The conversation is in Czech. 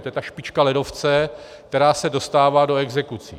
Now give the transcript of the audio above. To je ta špička ledovce, která se dostává do exekucí.